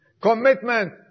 Commitment